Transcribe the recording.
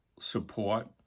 support